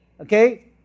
okay